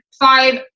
five